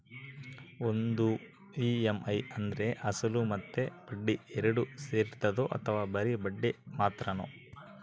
ಒಂದು ಇ.ಎಮ್.ಐ ಅಂದ್ರೆ ಅಸಲು ಮತ್ತೆ ಬಡ್ಡಿ ಎರಡು ಸೇರಿರ್ತದೋ ಅಥವಾ ಬರಿ ಬಡ್ಡಿ ಮಾತ್ರನೋ?